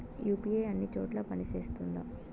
UPI అన్ని చోట్ల పని సేస్తుందా?